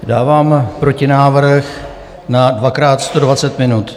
Dávám protinávrh na dvakrát 120 minut.